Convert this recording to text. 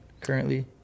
currently